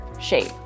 shape